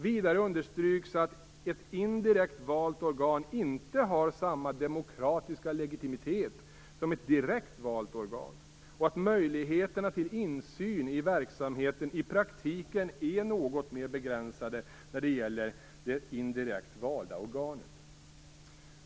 Vidare understryks att ett indirekt valt organ inte har samma demokratiska legitimitet som ett direkt valt organ, och att möjligheterna till insyn i verksamheten i praktiken är något mer begränsade när det gäller det indirekt valda organet.